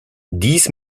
dies